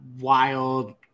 wild